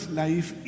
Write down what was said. life